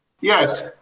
Yes